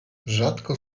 rzadko